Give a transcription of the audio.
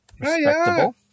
Respectable